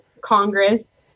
Congress